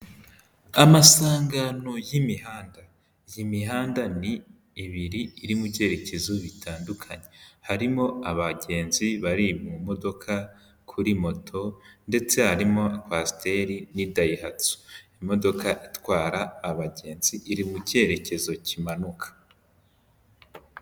Amasangano y'imihanda, iyi mihanda ni ibiri, iri mu byerekezo bitandukanye, harimo abagenzi bari mu modoka, kuri moto ndetse harimo kwasiteri n'idayihatsu, imodoka itwara abagenzi iri mu cyerekezo kimanuka.